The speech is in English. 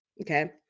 Okay